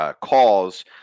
Calls